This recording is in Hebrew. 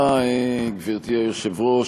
גברתי היושבת-ראש,